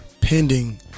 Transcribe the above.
Pending